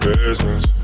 business